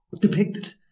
depicted